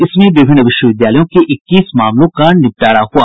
इसमें विभिन्न विश्वविद्यालयों के इक्कीस मामलों का निपटारा हुआ